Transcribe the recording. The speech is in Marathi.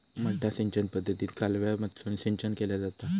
मड्डा सिंचन पद्धतीत कालव्यामधसून सिंचन केला जाता